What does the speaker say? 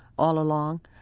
all along.